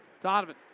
Donovan